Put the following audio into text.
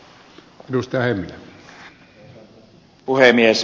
arvoisa puhemies